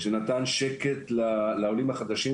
שנתן שקט לעולים החדשים,